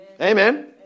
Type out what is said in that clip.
Amen